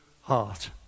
heart